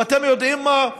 ואתם יודעים מה?